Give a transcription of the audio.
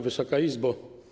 Wysoka Izbo!